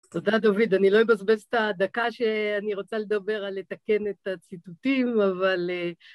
תודה דוד, אני לא אבזבז את הדקה שאני רוצה לדבר על לתקן את הציטוטים אבל...